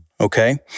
Okay